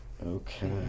okay